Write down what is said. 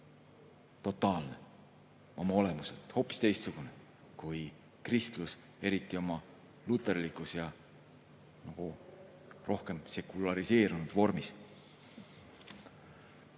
totaalne oma olemuselt, hoopis teistsugune kui kristlus, eriti oma luterlikus ja nagu rohkem sekulariseerunud vormis.